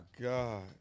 God